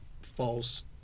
false